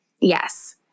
Yes